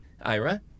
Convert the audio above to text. Ira